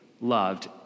loved